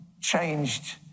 changed